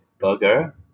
Burger